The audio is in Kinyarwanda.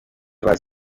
bazi